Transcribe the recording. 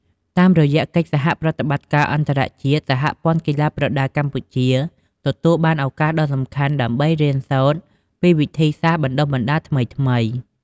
តាមរយៈកិច្ចសហប្រតិបត្តិការអន្តរជាតិ សហព័ន្ធកីឡាប្រដាល់កម្ពុជា ទទួលបានឱកាសដ៏សំខាន់ដើម្បីរៀនសូត្រពីវិធីសាស្ត្របណ្តុះបណ្តាលថ្មីៗ។